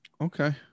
okay